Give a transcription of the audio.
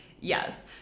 Yes